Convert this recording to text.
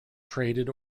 traded